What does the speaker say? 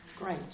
great